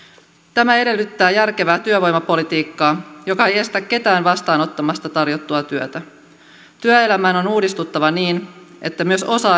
tämä edellyttää järkevää työvoimapolitiikkaa joka ei estä ketään vastaanottamasta tarjottua työtä työelämän on uudistuttava niin että myös osa